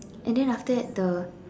and then after that the